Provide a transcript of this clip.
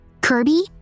Kirby